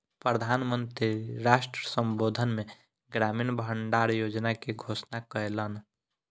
प्रधान मंत्री राष्ट्र संबोधन मे ग्रामीण भण्डार योजना के घोषणा कयलैन